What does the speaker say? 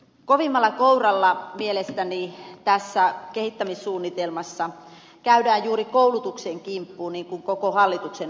kovimmalla kouralla mielestäni tässä kehittämissuunnitelmassa käydään juuri koulutuksen kimppuun niin kuin koko hallituksen ohjelmassakin